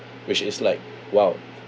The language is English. which is like !wow!